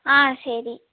ஆ சரி